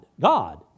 God